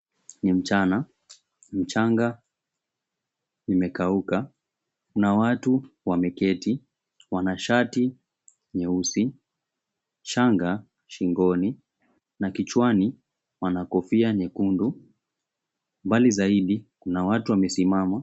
Ni mchana mchanga umekauka, kuna watu wameketi wana shati nyeusi, shanga shingoni na kichwani wana kofia nyekundu, mbali zaidi kuna watu wamesimama.